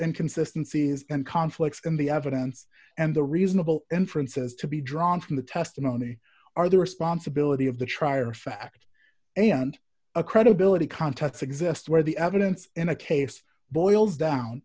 inconsistency and conflicts in the evidence and the reasonable inferences to be drawn from the testimony are the responsibility of the trier of fact and a credibility contacts exist where the evidence in a case boils down